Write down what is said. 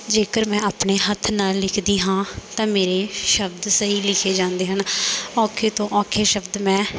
ਜੇਕਰ ਮੈਂ ਆਪਣੇ ਹੱਥ ਨਾਲ ਲਿਖਦੀ ਹਾਂ ਤਾਂ ਮੇਰੇ ਸ਼ਬਦ ਸਹੀ ਲਿਖੇ ਜਾਂਦੇ ਹਨ ਔਖੇ ਤੋਂ ਔਖੇ ਸ਼ਬਦ ਮੈਂ